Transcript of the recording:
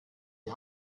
die